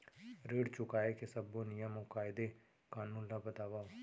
ऋण चुकाए के सब्बो नियम अऊ कायदे कानून ला बतावव